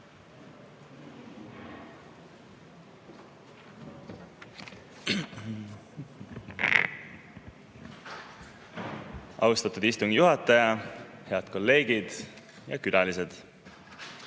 Austatud istungi juhataja! Head kolleegid ja külalised!